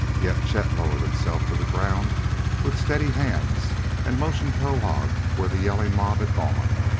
yet chet lowered himself to the ground with steady hands and motioned towahg where the yelling mob had gone.